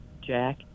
Jack